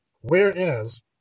Whereas